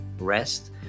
rest